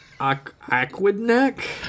Aquidneck